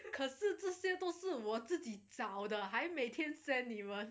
可是这些都是我自己找的还每天 send 你们